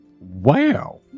Wow